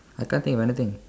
I can't think of anything